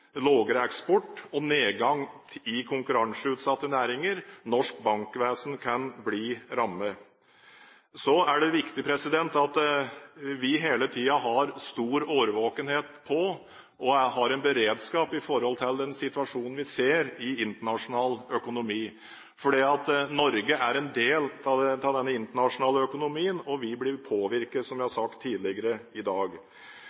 eksport og nedgang i konkurranseutsatte næringer. Norsk bankvesen kan bli rammet. Så er det viktig at vi hele tiden har stor årvåkenhet og en beredskap i den situasjonen vi ser i internasjonal økonomi, for Norge er en del av denne internasjonale økonomien, og vi blir påvirket, som jeg har sagt tidligere i dag.